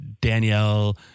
Danielle